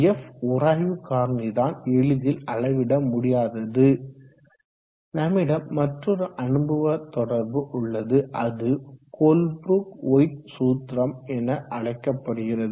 f உராய்வு காரணி தான் எளிதில் அளவிட முடியாதது நம்மிடம் மற்றோரு அனுபவ தொடர்பு உள்ளது அது கோல்ப்ரூக் ஒயிட் சூத்திரம் என அழைக்கப்படுகிறது